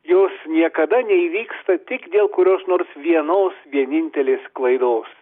jos niekada neįvyksta tik dėl kurios nors vienos vienintelės klaidos